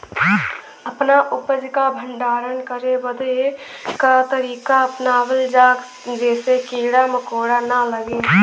अपना उपज क भंडारन करे बदे का तरीका अपनावल जा जेसे कीड़ा मकोड़ा न लगें?